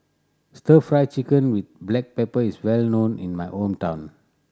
Stir Fried Chicken with black pepper is well known in my hometown